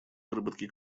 выработке